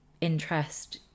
interest